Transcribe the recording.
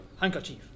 handkerchief